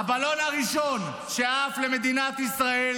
הבלון הראשון שעף למדינת ישראל,